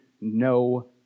no